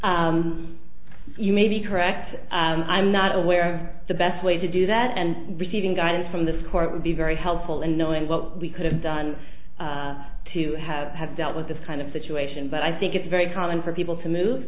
around you may be correct and i'm not aware the best way to do that and receiving guidance from this court would be very helpful in knowing what we could have done to have had dealt with this kind of situation but i think it's very common for people to move